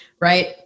right